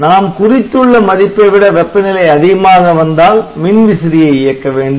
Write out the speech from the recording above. நாம் குறித்துள்ள மதிப்பைவிட வெப்பநிலை அதிகமாக வந்தால் மின்விசிறியை இயக்க வேண்டும்